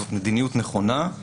זאת מדיניות נכונה,